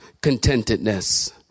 contentedness